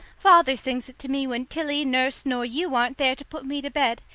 father sings it to me when tilly, nurse, nor you aren't there to put me to bed.